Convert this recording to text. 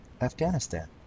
Afghanistan